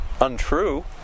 untrue